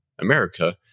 America